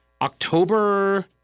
October